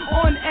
on